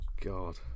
God